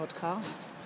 podcast